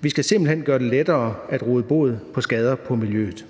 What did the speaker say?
Vi skal simpelt hen gøre det lettere at råde bod på skader på miljøet.